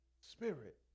Spirit